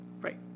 Right